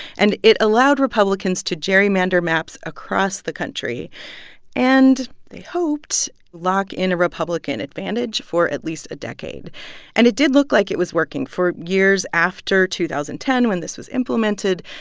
and it allowed republicans to gerrymander maps across the country and, they hoped, lock in a republican advantage for at least a decade and it did look like it was working. for years after two thousand and ten, when this was implemented,